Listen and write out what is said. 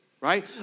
right